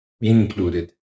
included